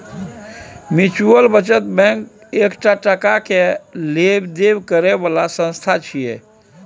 mutual बचत bank एकटा टका के लेब देब करे बला संस्था छिये